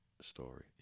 story